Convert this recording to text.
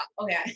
okay